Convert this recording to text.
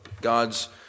God's